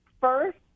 First